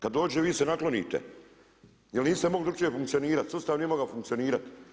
Kad dođe vi se naklonite, jer niste mogli drukčije funkcionirati, sustav nije mogao funkcionirat.